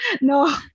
no